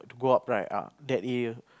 go up right ah that area